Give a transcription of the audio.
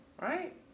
Right